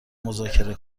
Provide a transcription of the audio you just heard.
مذاکره